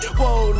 whoa